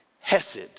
hesed